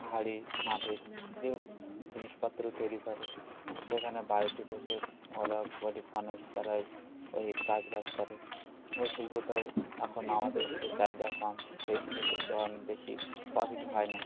হাড়ি মাটির যে জিনিসপত্র তৈরি করে সেখানে বাড়িতে বসে ওরা গরিব মানুষ তারা ওই কাজ বাজ করে ওই শিল্পটাও এখন আমাদের দিকে চাহিদা কম সেই জন্য ধরেন বেশি প্রফিট হয় না